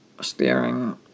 steering